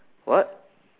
what